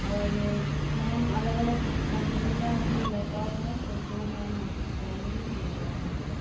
और मैम अलग अलग कम्पनी का भी लैपटॉप है तो जो मैम आप चाहेंगी तो मिल जाएगा आपको